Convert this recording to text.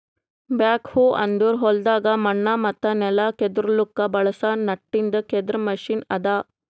back ಹೋ ಅಂದುರ್ ಹೊಲ್ದಾಗ್ ಮಣ್ಣ ಮತ್ತ ನೆಲ ಕೆದುರ್ಲುಕ್ ಬಳಸ ನಟ್ಟಿಂದ್ ಕೆದರ್ ಮೆಷಿನ್ ಅದಾ